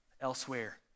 elsewhere